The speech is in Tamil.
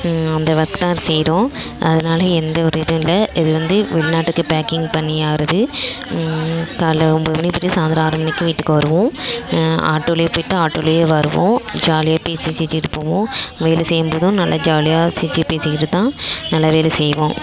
அந்த வொர்க்தான் செய்கிறோம் அதனால எந்தவொரு இதுவும் இல்லை இதுவந்து வெளிநாட்டுக்கு பேக்கிங் பண்ணியாகுது காலைல ஒம்பது மணிக்கு போயிட்டு சாயந்தரம் ஆறு மணிக்கு வீட்டுக்கு வருவோம் ஆட்டோவிலே போயிட்டு ஆட்டோவிலே வருவோம் ஜாலியாக பேசி சிரிச்சுட்டுப் போவோம் வேலை செய்யும்போதும் நல்ல ஜாலியாக சிரிச்சு பேசிக்கிட்டுதான் நல்லா வேலை செய்வோம்